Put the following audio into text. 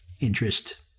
interest